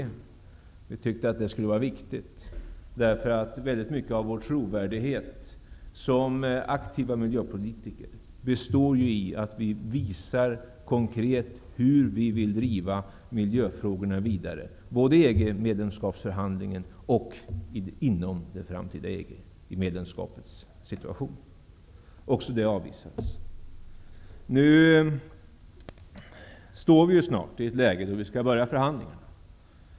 Vi tyckte att det skulle vara viktigt, därför att väldigt mycket av vår trovärdighet som aktiva miljöpolitiker består i att vi visar konkret hur vi vill driva miljöfrågorna vidare, både i EG-medlemskapsförhandlingen och inom det framtida EG-medlemskapet. Också det avvisades. Vi står nu snart i ett läge där vi skall börja förhandla.